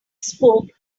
spoke